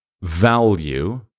value